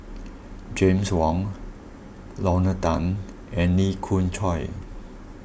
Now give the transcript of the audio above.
James Wong Lorna Tan and Lee Khoon Choy